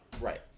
Right